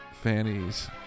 fannies